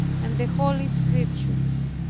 and the holy scriptures.